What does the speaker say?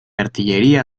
artillería